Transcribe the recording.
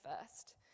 first